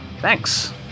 Thanks